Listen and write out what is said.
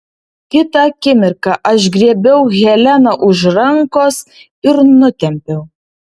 kitą akimirką aš griebiau heleną už rankos ir nutempiau